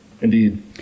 Indeed